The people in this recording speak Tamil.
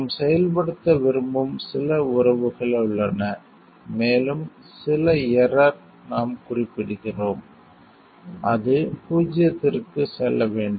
நாம் செயல்படுத்த விரும்பும் சில உறவுகள் உள்ளன மேலும் சில எரர் பிழை நாம் குறிப்பிடுகிறோம் அது பூஜ்ஜியத்திற்குச் செல்ல வேண்டும்